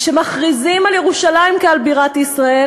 כשמכריזים על ירושלים כעל בירת ישראל,